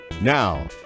Now